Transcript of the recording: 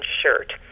shirt